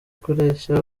kureshya